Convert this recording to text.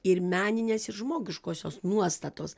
ir meninės ir žmogiškosios nuostatos